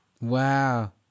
Wow